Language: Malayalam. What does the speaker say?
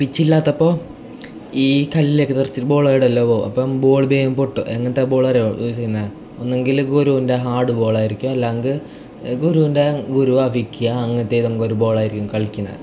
പിച്ച് ഇല്ലാത്തപ്പോൾ ഈ കല്ലൊക്കെ തെറിച്ചിട്ട് ബോൾ എവിടെയെല്ലാമോ അപ്പം ബോൾ വേഗം പൊട്ടുവോ എങ്ങനത്തെ ബോൾ ആണ് അറിയുമോ യൂസ് ചെയ്യുന്നത് ഒന്നെങ്കിൽ ഗുരൂൻ്റെ ഹാർഡ് ബോൾ ആയിരിക്കും അല്ലെങ്കിൽ ഗുരൂൻ്റെ ഗുരൂ അഭിക്ക്യ അങ്ങനത്തെ ഏതെങ്കിലും ഒരു ബോൾ ആയിരിക്കും കളിക്കുന്നത്